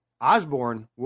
Osborne